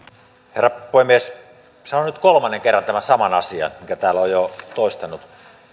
herra puhemies sanon nyt kolmannen kerran tämän saman asian minkä täällä olen jo toistanut